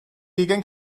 ugain